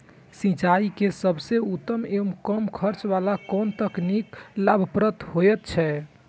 सिंचाई के सबसे उत्तम एवं कम खर्च वाला कोन तकनीक लाभप्रद होयत छै?